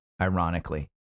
ironically